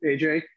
AJ